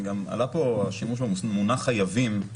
עלה פה השימוש במונח חייבים,